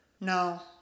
No